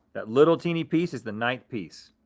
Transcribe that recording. that little teeny piece is the ninth piece.